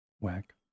whack